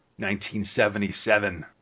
1977